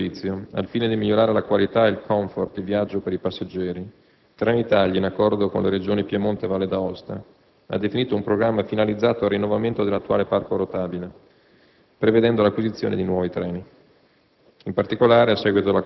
Per quanto attiene ai treni in servizio, al fine di migliorare la qualità e il *comfort* di viaggio per i passeggeri, Trenitalia, in accordo con le Regioni Piemonte e Valle d'Aosta, ha definito un programma finalizzato al rinnovamento dell'attuale parco rotabile, prevedendo l'acquisizione di nuovi treni.